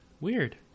weird